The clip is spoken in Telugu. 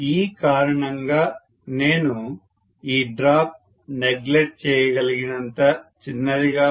ఈ కారణంగా నేను ఈ డ్రాప్ నెగ్లెక్ట్ చేయగలిగినంత చిన్నదిగా పొందబోోతున్నాను